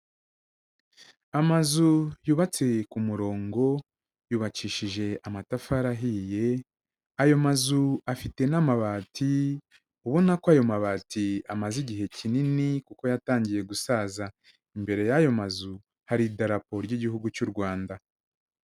Amazu yubatse ku murongo, yubakishije amatafari ahiye, ayo mazu afite n'amabati ubona ko ayo mabati amaze igihe kinini kuko yatangiye gusaza, imbere y'ayo mazu hari idarapo ry'igihugu cy'u Rwanda.